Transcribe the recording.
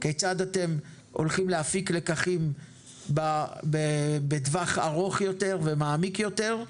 כיצד אתם הולכים להפיק לקחים בטווח ארוך יותר ומעמיק יותר.